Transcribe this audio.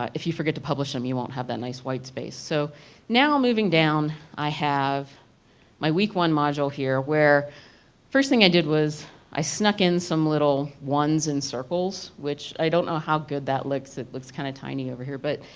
if you forget to publish them, you won't have that nice white space. so now moving down, i have my week one module where first thing i did was i snack in some little ones and circles which i don't know how good that looks. it looks kind of tiny over here but